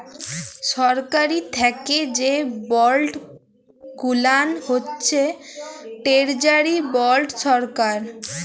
সরকারি থ্যাকে যে বল্ড গুলান হছে টেরজারি বল্ড সরকার